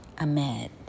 Ahmed